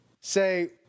say